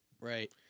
Right